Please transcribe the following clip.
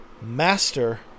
Master